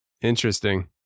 Interesting